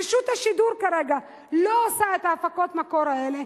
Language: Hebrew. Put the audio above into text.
רשות השידור כרגע לא עושה את הפקות המקור האלה,